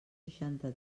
seixanta